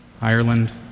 Ireland